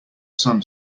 sun